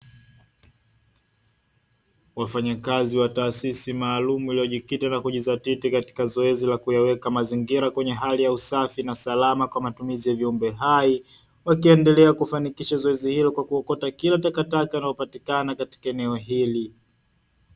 Wafanyakazi maalumu waliojikita na kujidhatiti katika zoezi la kuyaweka mazingira kwenye hali ya usafi na usalama kwa matumizi ya viumbe vyote, wanaendelea kufanikisha zoezi hilo kwa kuchukua takataka zinazopatikana katika eneo hili.